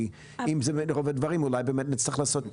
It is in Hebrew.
כי אם זה רוב הדברים אז אולי באמת נצטרך לעשות